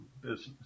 business